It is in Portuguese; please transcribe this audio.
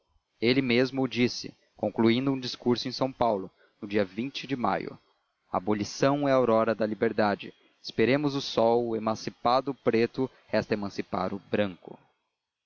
ele mesmo o disse concluindo um discurso em são paulo no dia de maio a abolição é a aurora da liberdade esperemos o sol emancipado o preto resta emancipar o branco